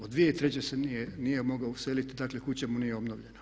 Od 2003. se nije mogao useliti, dakle kuća mu nije obnovljena.